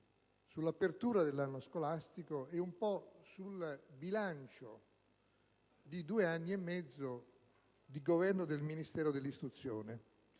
sull'apertura dell'anno scolastico e un po' sul bilancio di due anni e mezzo di governo del Ministero dell'istruzione.